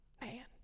man